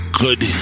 good